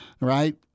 right